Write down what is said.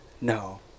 No